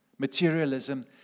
materialism